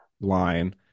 line